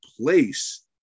place